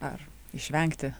ar išvengti